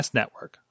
network